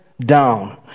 down